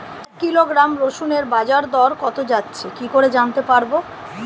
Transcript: এক কিলোগ্রাম রসুনের বাজার দর কত যাচ্ছে কি করে জানতে পারবো?